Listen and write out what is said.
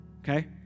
Okay